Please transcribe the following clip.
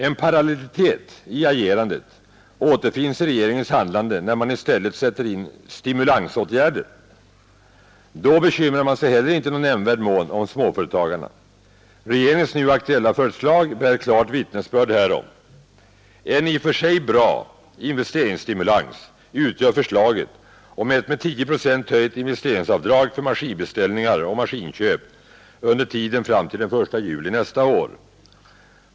En parallellitet i agerandet återfinns i regeringens handlande när man i stället sätter in stimulansåtgärder. Då bekymrar man sig inte heller i någon nämnvärd mån om småföretagarna. Regeringens nu aktuella förslag bär klart vittnesbörd härom. En i och för sig bra investeringsstimulans utgör förslaget om ett med 10 procent höjt investeringsavdrag för maskinbeställningar och maskininköp under tiden fram till den 1 juli nästa år.